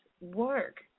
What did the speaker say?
work